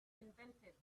invented